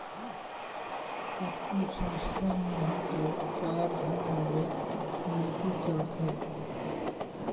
कतको संस्था मन ह तो चार झन मन ले मिलके चलथे